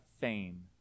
fame